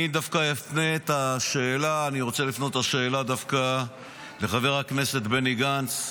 אני רוצה להפנות את השאלה דווקא לחבר הכנסת בני גנץ.